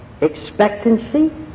expectancy